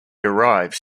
arrives